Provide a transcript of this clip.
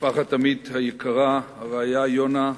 משפחת עמית היקרה, הרעיה יונה,